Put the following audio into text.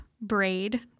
braid